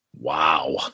Wow